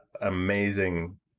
amazing